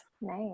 Nice